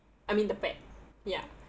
I mean the pet ya